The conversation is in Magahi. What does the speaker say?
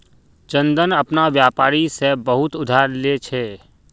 चंदन अपना व्यापारी से बहुत उधार ले छे